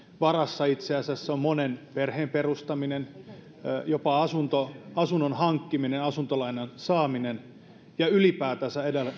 varassa itse asiassa on monella perheen perustaminen jopa asunto asunnon hankkiminen asuntolainan saaminen ja ylipäätänsä